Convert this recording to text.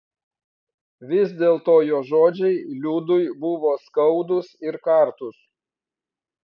vis dėlto jo žodžiai liudui buvo skaudūs ir kartūs